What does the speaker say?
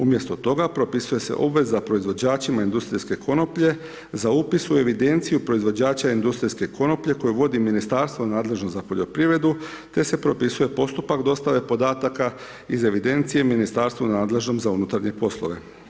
Umjesto toga, propisuje se obveza proizvođačima industrijske konoplje, za upis u evidenciju proizvođača industrijske konoplje, koje vodi ministarstvo nadležno za poljoprivredu, te se propisuje postupak dostave podataka iz evidencije ministarstvu nadležno za unutarnje poslove.